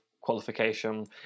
qualification